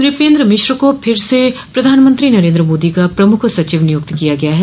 नृपेन्द्र मिश्र को फिर से प्रधानमंत्री नरेन्द्र मोदी का प्रमुख सचिव नियुक्त किया गया है